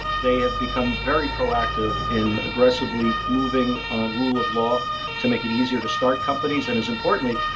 they have become very proactive in aggressively moving rule of law to make it easier to start companies. and as importantly,